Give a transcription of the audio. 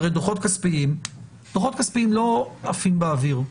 הרי דוחות כספיים לא עפים באוויר.